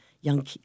young